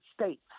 states